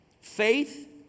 faith